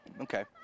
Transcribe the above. Okay